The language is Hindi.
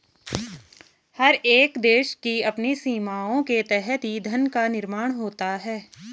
हर एक देश की अपनी सीमाओं के तहत ही धन का निर्माण होता है